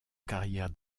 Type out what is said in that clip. carrière